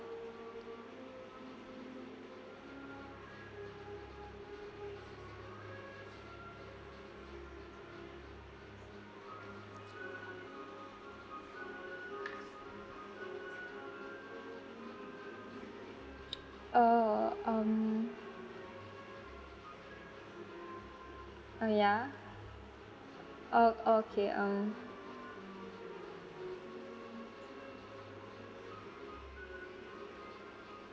uh um oh ya oh oh okay um